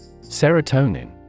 Serotonin